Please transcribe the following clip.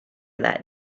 that